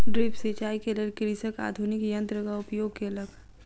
drip सिचाई के लेल कृषक आधुनिक यंत्रक उपयोग केलक